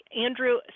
Andrew